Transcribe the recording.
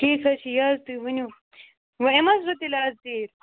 ٹھیٖک حظ چھُ یہِ حظ تُہۍ ؤنِو وۄنۍ یِمہٕ حظ بہٕ تیٚلہِ آز ژیٖر